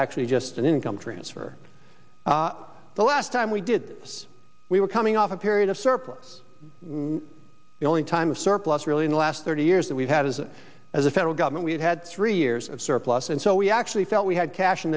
actually just an income transfer the last time we did this we were coming off a period of surplus the only time a surplus really in the last thirty years that we've had is that as a federal government we've had three years of surplus and so we actually felt we had cash in